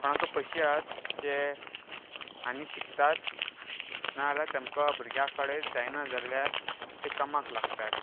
कोणाक पयशे जाय ते आनी शिकतात ना जाल्यार तांकां भुरग्यां कडेन जायना जाल्यार ते कामाक लागतात